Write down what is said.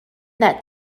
that